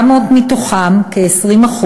700 מתוכם, כ-20%,